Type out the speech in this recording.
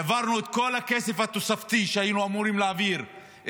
העברנו למשרדים את כל הכסף התוספתי שהיינו אמורים להעביר,